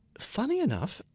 funny enough,